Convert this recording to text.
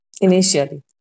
initially